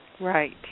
Right